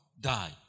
die